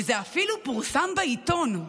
וזה אפילו פורסם בעיתון.